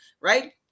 right